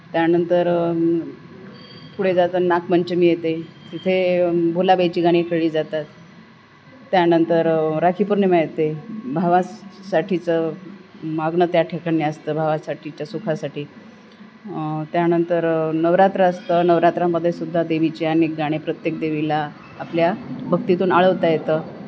त्यानंतर पुढे जातात नागपंचमी येते तिथे भुलाबाईची गाणी खेळली जातात त्यानंतर राखीपौर्णिमा येते भावासाठीचं मागणं त्या ठिकाणी असतं भावासाठीच्या सुखासाठी त्यानंतर नवरात्र असतं नवरात्रामध्ये सुद्धा देवीचे अनेक गाणे प्रत्येक देवीला आपल्या भक्तीतून आळवता येतं